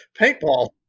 Paintball